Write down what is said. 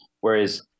whereas